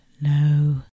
no